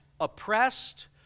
oppressed